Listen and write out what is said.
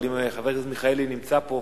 אבל אם חבר הכנסת מיכאלי נמצא פה